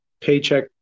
paycheck